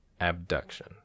Abduction